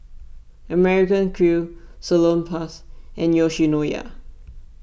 American Crew Salonpas and Yoshinoya